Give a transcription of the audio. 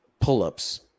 Pull-ups